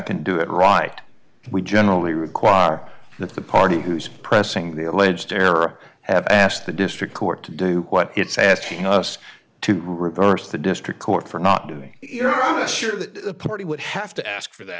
and do it right we generally require that the party who's pressing the alleged terror have asked the district court to do what it's asking us to reverse the district court for not doing you know mr that party would have to ask for that